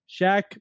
Shaq